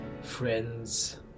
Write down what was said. friends